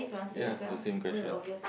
ya the same question